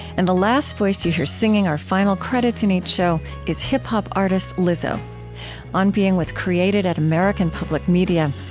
and the last voice that you hear singing our final credits in each show is hip-hop artist lizzo on being was created at american public media.